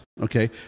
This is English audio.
okay